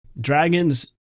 dragons